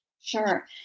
Sure